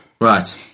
Right